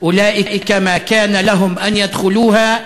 ואצים להחריבם.